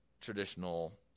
traditional